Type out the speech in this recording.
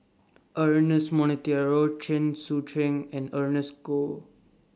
Ernest Monteiro Chen Sucheng and Ernest Goh